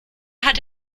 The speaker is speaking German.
hat